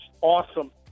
awesome